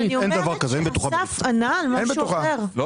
אין דבר כזה, אין בטוחה בריט.